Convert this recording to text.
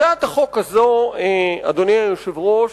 הצעת החוק הזאת, אדוני היושב-ראש,